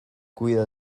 cuida